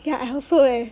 ya I also eh